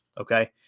Okay